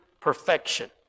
perfection